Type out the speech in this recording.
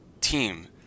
team